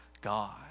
god